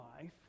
life